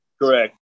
Correct